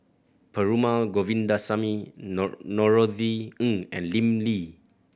Perumal Govindaswamy Norothy Ng and Lim Lee